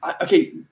Okay